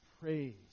praise